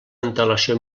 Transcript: antelació